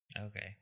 okay